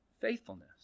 Faithfulness